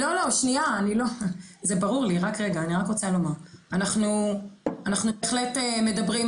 אני רוצה להגיד לך שזה מדאיג, זה